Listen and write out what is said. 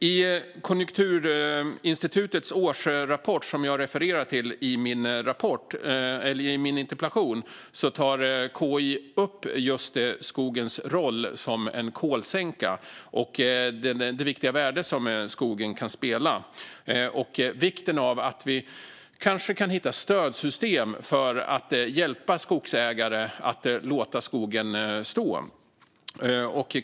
I Konjunkturinstitutets årsrapport, som jag refererar till i min interpellation, tar KI upp just skogens roll som en kolsänka och det viktiga värde som skogen kan ha. Det handlar om vikten av att vi kanske kan hitta stödsystem för att hjälpa skogsägare att låta skogen stå.